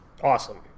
Awesome